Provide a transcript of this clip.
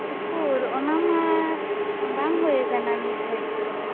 ᱩᱠᱩᱨ ᱚᱱᱟ ᱢᱟ ᱵᱟᱝ ᱦᱩᱭ ᱟᱠᱟᱱᱟ ᱱᱤᱛ ᱫᱷᱟᱨᱤᱡ ᱛᱮ